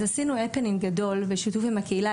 אז עשינו בבית הספר הפנינג גדול בשיתוף עם הקהילה,